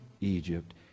Egypt